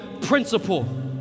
principle